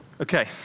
Okay